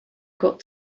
got